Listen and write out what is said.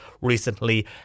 recently